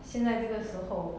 现在这个时候